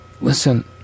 listen